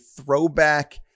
throwback